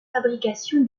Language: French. fabrication